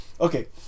okay